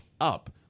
up